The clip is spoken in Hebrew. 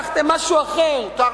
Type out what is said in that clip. הבטחתם משהו אחר, חיבור אמיתי לצעירים.